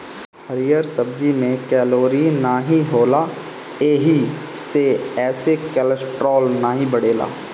हरिहर सब्जी में कैलोरी नाही होला एही से एसे कोलेस्ट्राल नाई बढ़ेला